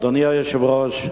אדוני היושב-ראש,